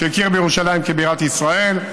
שהכיר בירושלים כבירת ישראל.